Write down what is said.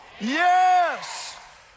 Yes